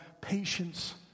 patience